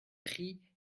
pris